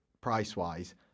price-wise